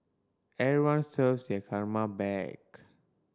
everyone serves their karma back